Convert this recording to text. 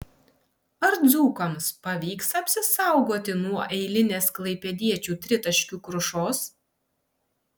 ar dzūkams pavyks apsisaugoti nuo eilinės klaipėdiečių tritaškių krušos